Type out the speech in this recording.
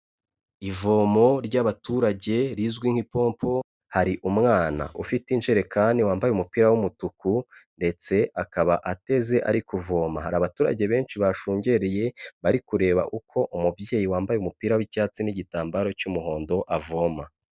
Ivomo ry'abaturage rizwi nk'impompo, hari umwana ufite injerekani wambaye umupira w'umutuku, ndetse akaba ateze ari kuvoma. Hari abaturage benshi bashungereye bari kureba uko umubyeyi wambaye umupira w'icyatsi n'igitambaro cy'umuhondo avoma.